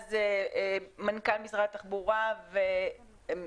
ואז מנכ"ל משרד התחבורה וגורמים